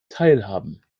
teilhaben